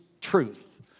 truth